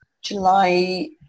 July